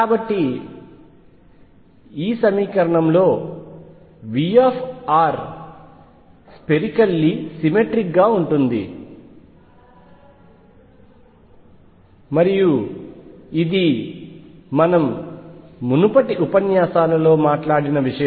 కాబట్టి ఈ సమీకరణంలో V స్పెరికల్లీ సిమెట్రిక్ గా ఉంటుంది మరియు ఇది మనం మునుపటి ఉపన్యాసాలలో మాట్లాడిన విషయం